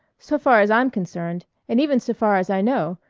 so far as i'm concerned, and even so far as i know,